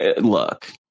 Look